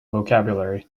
vocabulary